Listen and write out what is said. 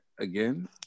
again